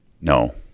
No